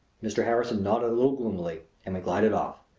mr. harrison nodded a little gloomily and we glided off.